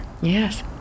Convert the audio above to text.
Yes